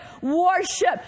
worship